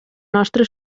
nostra